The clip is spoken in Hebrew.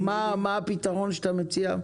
מה הפתרון שאתה מציע?